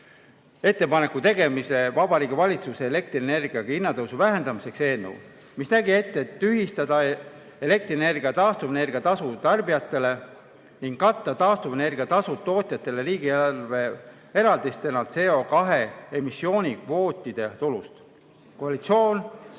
ettepaneku tegemise Vabariigi Valitsusele elektrienergia hinna tõusu vähendamiseks. See eelnõu nägi ette tühistada elektrienergia taastuvenergia tasu tarbijatele ning katta taastuvenergia tasud tootjatele riigieelarve eraldistena CO2emissiooni kvootide tulust. Koalitsioon seda